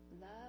love